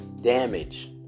damage